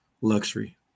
luxury